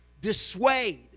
Dissuade